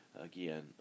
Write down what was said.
again